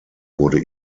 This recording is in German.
wurde